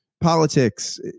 politics